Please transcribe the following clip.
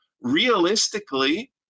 realistically